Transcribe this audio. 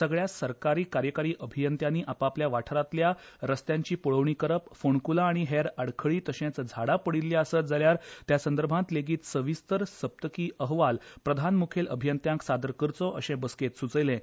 सगल्या कार्यकारी अभियंत्यांनी आपापल्या वाठारातल्या रस्त्यांची पळोवणी करप फोणकुलां आनी हेर आडखळी तशेंच झाडां पडिल्ली आसत जाल्यार त्या संदर्भात लेगीत सविस्तर सप्तकी अहवाल प्रधान मुखेल अभियंत्यांक सादर करचो अशें बसकेंत सुचयलें